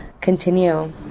continue